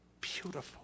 beautiful